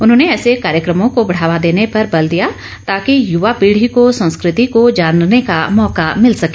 उन्होंने ऐसे कार्यक्रमो को बढ़ावा देने पर बल दिया ताकि युवा पीढ़ी को संस्कृति को जानने का मौका मिल सके